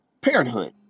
Parenthood